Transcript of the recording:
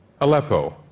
Aleppo